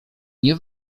nie